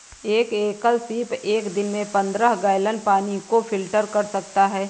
एक एकल सीप एक दिन में पन्द्रह गैलन पानी को फिल्टर कर सकता है